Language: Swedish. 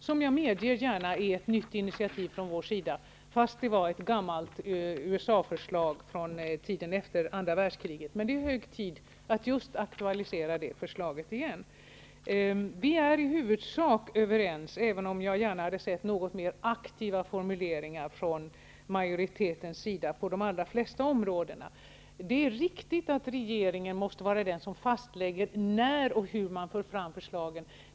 Jag medger gärna att det senaste är ett nytt initiativ från vår sida. Det är ett gammalt USA-förslag från tiden efter andra världskriget. Det är hög tid att aktualisera det förslaget igen. Vi är i huvudsak överens, även om jag gärna hade sett något mer aktiva formuleringar från majoritetens sida på de allra flesta områdena. Det är riktigt att det måste vara regeringen som fastlägger när och hur man för fram förslagen.